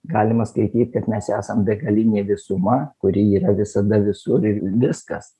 galima skaityt kad mes esam begalinė visuma kuri yra visada visur ir viskas